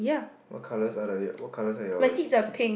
what colours are the what colours are your seats